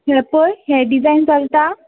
हे पळय हे डिजायन चलता